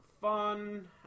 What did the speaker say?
fun